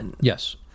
Yes